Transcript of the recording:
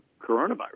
coronavirus